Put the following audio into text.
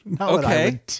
Okay